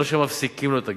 לא מפסיקים לו את הגמלה.